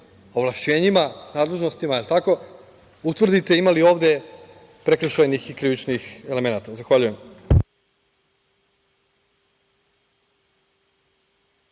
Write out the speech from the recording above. ovlašćenjima, nadležnostima, utvrdite ima li ovde prekršajnih i krivičnih elemenata. Zahvaljujem.